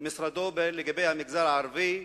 משרדו לגבי המגזר הערבי.